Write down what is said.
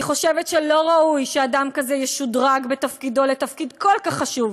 אני חושבת שלא ראוי שאדם כזה ישודרג לתפקיד כל כך חשוב,